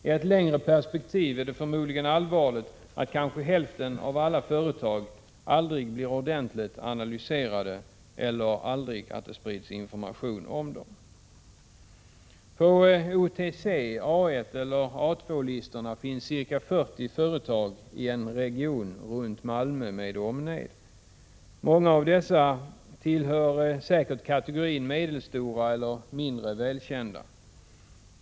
I ett längre perspektiv är det förmodligen allvarligt att kanske hälften av alla företag aldrig blir ordentligt analyserade eller att det aldrig sprids information om dem. På OTC-, AI eller AII-listorna finns ca 40 företag i Malmö med omnejd. Många av dessa tillhör säkert kategorin medelstora eller mindre välkända.